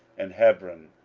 and hebron,